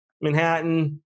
Manhattan